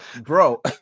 bro